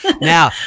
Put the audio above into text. now